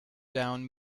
down